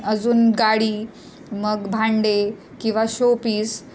अजून गाडी मग भांडे किंवा शोपीस